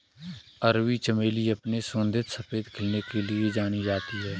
अरबी चमेली अपने सुगंधित सफेद खिलने के लिए जानी जाती है